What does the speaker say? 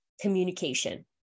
communication